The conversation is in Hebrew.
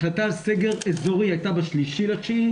החלטה על סגר אזורי הייתה ב-3.9,